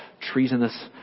treasonous